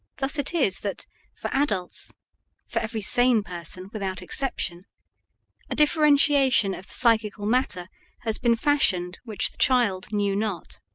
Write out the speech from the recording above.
thus it is that for adults for every sane person without exception a differentiation of the psychical matter has been fashioned which the child knew not.